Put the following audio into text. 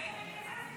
אז היית מתקזז איתו.